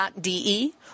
DE